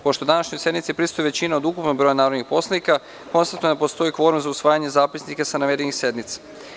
Pošto današnjoj sednici prisustvuje većina od ukupnog broja narodnih poslanika, konstatujem da postoji kvorum za usvajanje zapisnika sa navedenih sednica.